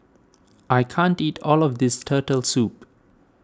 I can't eat all of this Turtle Soup